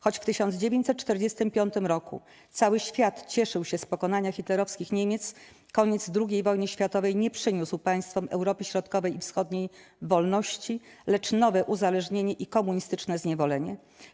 Choć w 1945 r. cały świat cieszył się z pokonania hitlerowskich Niemiec, koniec II wojny światowej nie przyniósł państwom Europy Środkowej i Wschodniej wolności, lecz nowe uzależnienie i komunistyczne zniewolenie.